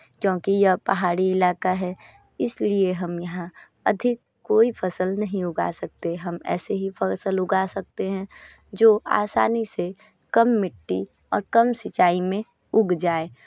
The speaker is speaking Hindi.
क्योंकि यह पहाड़ी इलाका है इसलिए हम यहाँ अधिक कोई फ़सल नहीं उगा सकते हम ऐसे ही फ़सल उगा सकते हैं जो आसानी से कम मिट्टी और कम सिंचाई में उग जाए